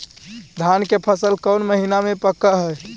धान के फसल कौन महिना मे पक हैं?